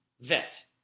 vet